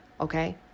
okay